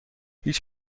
هیچ